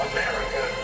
America